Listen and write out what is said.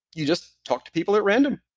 you just talk to people at random,